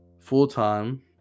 full-time